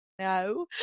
No